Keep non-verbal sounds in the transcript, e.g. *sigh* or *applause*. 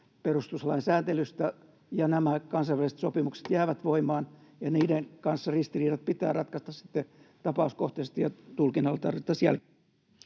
perustuslain sääntelystä ja nämä kansainväliset sopimukset jäävät voimaan *noise* ja niiden kanssa ristiriidat pitää ratkaista sitten tapauskohtaisesti ja tulkinnalla tarvittaessa jälkikäteen.